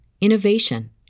Innovation